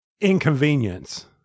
inconvenience